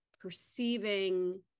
perceiving